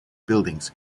buildings